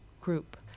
group